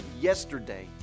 yesterday